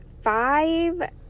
five